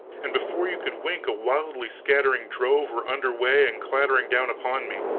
and before you could wink a widely scattering drove were under way and clattering down upon me.